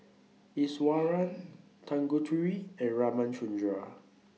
Iswaran Tanguturi and Ramchundra